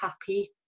happy